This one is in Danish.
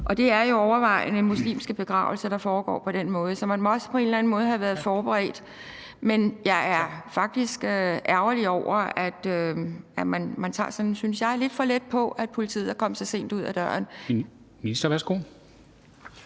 og det er jo overvejende muslimske begravelser, der foregår på den måde. Så man må også på en eller anden måde have været forberedt. Men jeg er faktisk ærgerlig over, at man tager sådan, synes jeg, lidt for let på, at politiet kom så sent ud ad døren. Kl.